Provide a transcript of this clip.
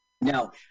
Now